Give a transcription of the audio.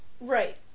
Right